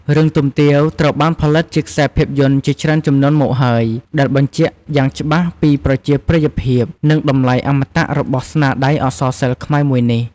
រឿង ទុំទាវ ត្រូវបានផលិតជាខ្សែភាពយន្តជាច្រើនជំនាន់មកហើយ ដែលបញ្ជាក់យ៉ាងច្បាស់ពីប្រជាប្រិយភាព និងតម្លៃអមតៈរបស់ស្នាដៃអក្សរសិល្ប៍ខ្មែរមួយនេះ។